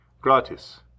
gratis